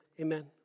amen